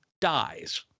dies